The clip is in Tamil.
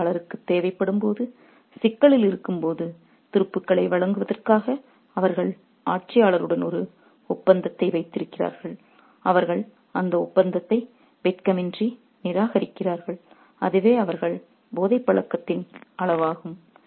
ஆட்சியாளருக்குத் தேவைப்படும்போது சிக்கலில் இருக்கும்போது துருப்புக்களை வழங்குவதற்காக அவர்கள் ஆட்சியாளருடன் ஒரு ஒப்பந்தத்தை வைத்திருக்கிறார்கள் அவர்கள் அந்த ஒப்பந்தத்தை வெட்கமின்றி நிராகரிக்கிறார்கள் அதுவே அவர்கள் போதைப் பழக்கத்தின் அளவாகும்